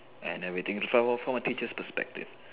and everything from a from a teacher's perspective